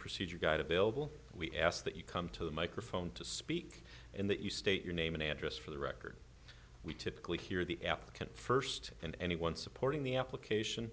procedure guide available we ask that you come to the microphone to speak in that you state your name and address for the record we typically hear the applicant first and anyone supporting the application